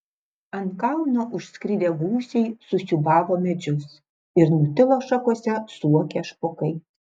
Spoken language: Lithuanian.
ant kalno užskridę gūsiai susiūbavo medžius ir nutilo šakose suokę špokai